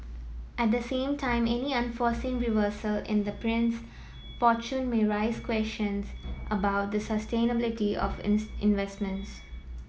at the same time any unforeseen reversal in the prince fortune may raise questions about the sustainability of investments